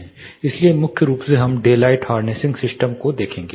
इसलिए मुख्य रूप से हम डेलाइट हार्नेसिंग सिस्टम को देखेंगे